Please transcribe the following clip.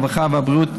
הרווחה והבריאות,